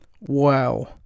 Wow